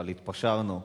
אבל התפשרנו,